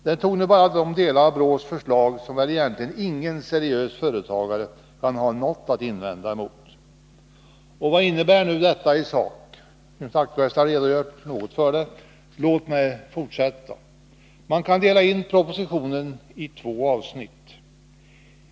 Den tog nu bara de delar av BRÅ:s förslag som väl egentligen ingen seriös företagare kan ha något att invända emot. Vad innebär då detta i sak? Knut Wachtmeister har något redogjort för detta, men låt mig fortsätta. Man kan dela in propositionen i två avsnitt.